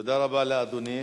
תודה רבה לאדוני.